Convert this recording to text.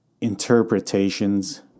interpretations